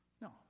No